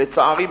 לצערי,